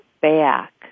back